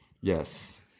Yes